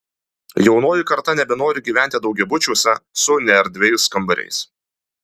jaunoji karta nebenori gyventi daugiabučiuose su neerdviais kambariais